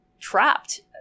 trapped